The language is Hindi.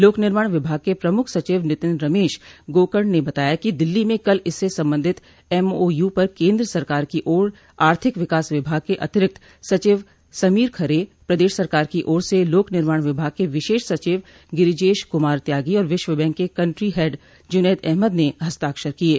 लोक निर्माण विभाग के प्रमुख सचिव नितिन रमेश गोकर्ण ने बताया कि दिल्ली में कल इससे संबंधित एमओ यू पर केन्द्र सरकार की ओर आर्थिक विकास विभाग के अतिरिक्त सचिव समीर खरे प्रदेश सरकार की ओर से लोक निर्माण विभाग के विशेष सचिव गिरिजेश कुमार त्यागी और विश्व बैंक के कंट्री हेड जुनैद अहमद ने हस्ताक्षर किये